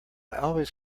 always